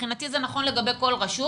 מבחינתי זה נכון לגבי כל רשות